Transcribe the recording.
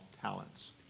talents